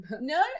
No